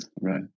Right